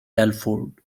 telford